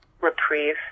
reprieve